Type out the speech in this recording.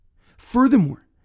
Furthermore